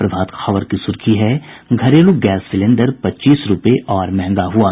प्रभात खबर की सुर्खी है घरेलू गैस सिलेंडर पच्चीस रूपये और महंगा हुआ